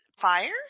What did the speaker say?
Fire